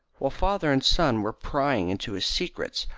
while father and son were prying into his secrets,